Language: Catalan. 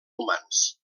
humans